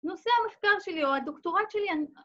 ‫נושא המחקר שלי, ‫או הדוקטורט שלי...